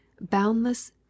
boundless